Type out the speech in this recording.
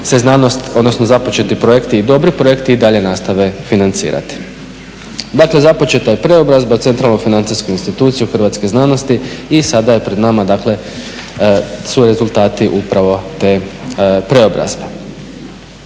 se znanost, odnosno započeti projekti i dobri projekti i dalje nastave financirati. Dakle započeta je preobrazba centralno financijske institucije hrvatske znanosti i sada je pred nama dakle su rezultati upravo te preobrazbe.